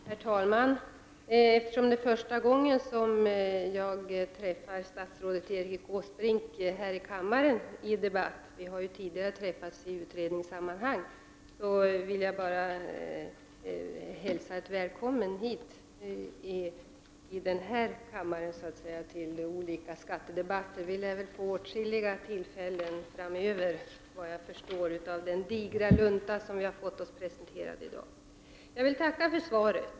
Herr talman! Eftersom det är första gången som jag träffar statsrådet Erik Åsbrink här i kammaren i en debatt — vi har tidigare träffats i utredningssammanhang -— vill jag hälsa honom välkommen hit till olika skattedebatter. Vi lär få åtskilliga tillfällen till debatt framöver, såvitt jag förstår av den digra lunta som har presenterats oss i dag. Jag vill tacka för svaret.